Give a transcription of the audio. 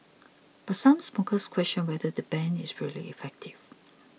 but some smokers question whether the ban is really effective